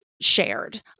shared